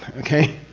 okay?